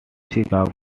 chicago